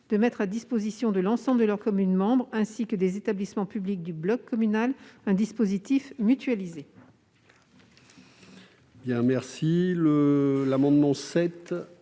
de mettre à disposition de l'ensemble de leurs communes membres, ainsi que des établissements publics du bloc communal, un dispositif mutualisé.